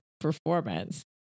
performance